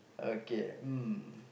okay mm